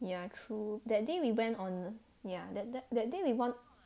ya true that day we went on ya that that that day we want